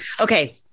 Okay